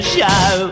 Show